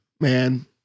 man